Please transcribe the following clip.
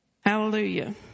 Hallelujah